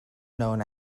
known